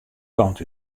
kant